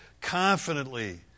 confidently